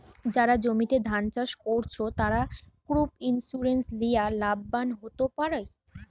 যারা জমিতে ধান চাষ কোরছে, তারা ক্রপ ইন্সুরেন্স লিয়ে লাভবান হোতে পারে